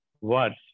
words